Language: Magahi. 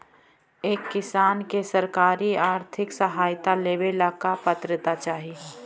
एक किसान के सरकारी आर्थिक सहायता लेवेला का पात्रता चाही?